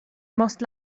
most